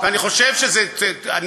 חברת הכנסת ברקו,